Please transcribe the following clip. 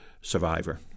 survivor